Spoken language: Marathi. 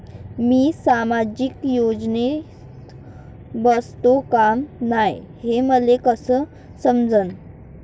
मी सामाजिक योजनेत बसतो का नाय, हे मले कस समजन?